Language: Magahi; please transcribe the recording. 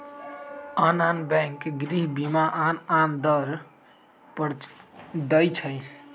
आन आन बैंक गृह बीमा आन आन दर पर दइ छै